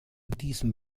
diesem